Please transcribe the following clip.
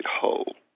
whole